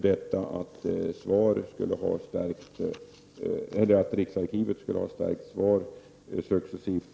Det ligger väl något i att Riksarkivet skulle ha förstärkt SVAR successivt.